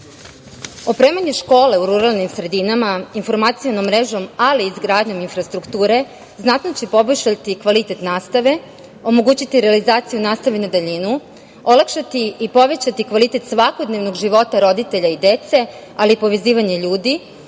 razvijaju. Opremanje škola u ruralnim sredinama informacionom mrežom, ali i izgradnjom infrastrukture, znatno će poboljšati kvalitet nastave, omogućiti realizaciju nastave na daljinu, olakšati i povećati kvalitet svakodnevnog života roditelja i dece, ali i povezivanje ljudi,